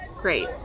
Great